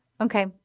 Okay